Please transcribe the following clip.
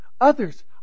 others